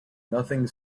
nothing